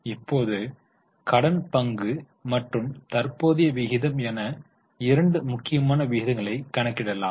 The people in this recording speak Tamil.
இப்போது கடன் பங்கு மற்றும் தற்போதைய விகிதம் என இரண்டு முக்கியமான விகிதங்களை கணக்கிடலாம்